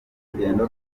urugendo